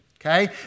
Okay